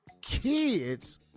Kids